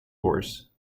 oars